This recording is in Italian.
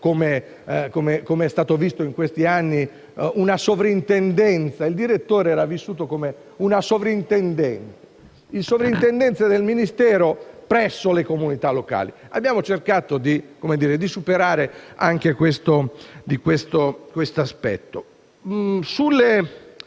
come accaduto in questi anni, una sovrintendenza. Il direttore era vissuto come una sovrintendenza: il sovrintendente del Ministero presso le comunità locali. Abbiamo cercato di superare anche questo aspetto.